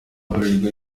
bralirwa